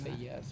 yes